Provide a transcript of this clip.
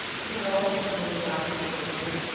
no, admitted malcolm, faintly.